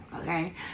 okay